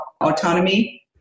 autonomy